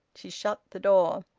she shut the door.